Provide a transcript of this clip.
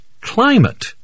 climate